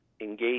engage